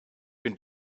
been